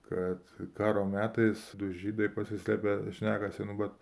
kad karo metais du žydai pasislėpę šnekasi nu vat